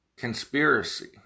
Conspiracy